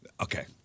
Okay